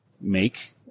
make